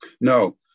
No